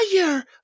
fire